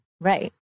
Right